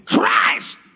Christ